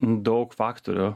daug faktorių